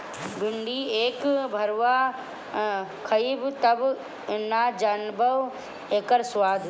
भिन्डी एक भरवा खइब तब न जनबअ इकर स्वाद